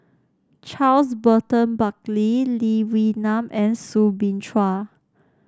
Charles Burton Buckley Lee Wee Nam and Soo Bin Chua